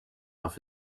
off